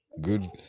good